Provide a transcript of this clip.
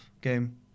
game